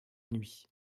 nuit